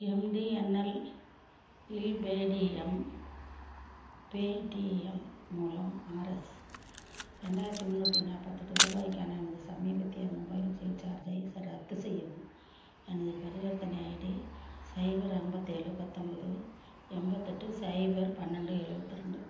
MTNL இல் Paytm Paytm மூலம் RS ரெண்டாயிரத்தி முன்னூற்றி நாற்பத்தி எட்டு ரூபாய்க்கான எனது சமீபத்திய மொபைல் ரீசார்ஜை ரத்து செய்யவும் எனது பரிவர்த்தனை ஐடி சைபர் ஐம்பத்தி ஏழு பத்தொம்போது எண்பத்தெட்டு சைபர் பன்னெண்டு எழுவத்தி ரெண்டு